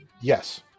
Yes